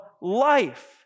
life